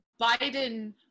Biden